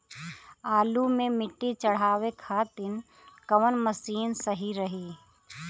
आलू मे मिट्टी चढ़ावे खातिन कवन मशीन सही रही?